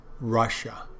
Russia